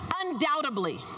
Undoubtedly